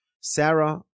Sarah